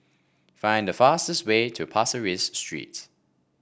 find the fastest way to Pasir Ris Street